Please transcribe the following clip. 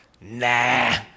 Nah